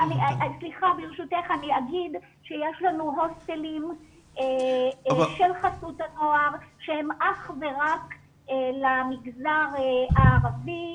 ברשותך אני אגיד שיש לנו הוסטלים של חסות הנוער שהם אך ורק למגזר הערבי,